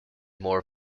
more